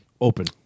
Open